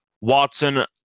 Watson